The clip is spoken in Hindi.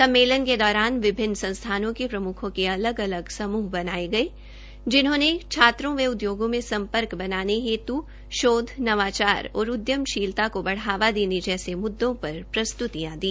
सम्मेलन के दौरान विभिन्न संस्थानों के प्रमुखों के अलग अलग समूह बनाए गए जिन्होंने छात्रों व उद्योगों में संपर्क बनाने हेत् नवाचार और उद्यमशीलता को बढावा देने जैसे मुद्दों पर प्रस्तुतियां दी